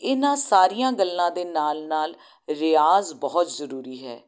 ਇਹਨਾਂ ਸਾਰੀਆਂ ਗੱਲਾਂ ਦੇ ਨਾਲ ਨਾਲ ਰਿਆਜ਼ ਬਹੁਤ ਜ਼ਰੂਰੀ ਹੈ